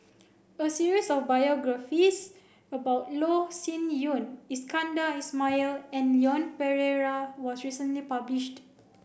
a series of biographies about Loh Sin Yun Iskandar Ismail and Leon Perera was recently published